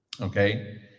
Okay